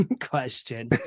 question